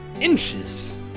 inches